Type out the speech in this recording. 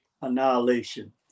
annihilation